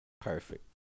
Perfect